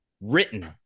written